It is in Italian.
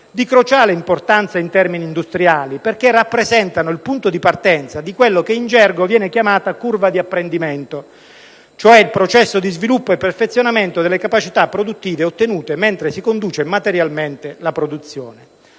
di cruciale importanza in termini industriali, perché rappresentano il punto di partenza di quella che in gergo viene chiamata curva di apprendimento, cioè il processo di sviluppo e perfezionamento delle capacità produttive ottenute mentre si conduce materialmente la produzione.